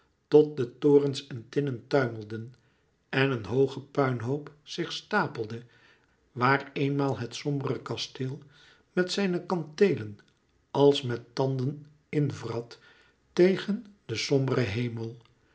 tot de torens en tinnen tuimelden en een hooge puinhoop zich stapelde waar eenmaal het sombere kasteel met zijne kanteelen als met tanden in vrat tegen den somberen hemel